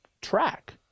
track